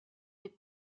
des